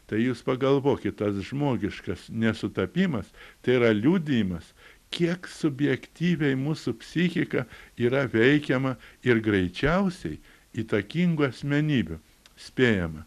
tai jūs pagalvokit tas žmogiškas nesutapimas tai yra liudijimas kiek subjektyviai mūsų psichika yra veikiama ir greičiausiai įtakingų asmenybių spėjama